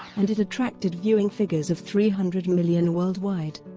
and it attracted viewing figures of three hundred million worldwide.